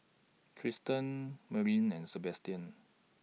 Tristan Merilyn and Sebastian